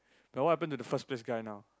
then what happen to the first place guy now